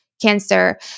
Cancer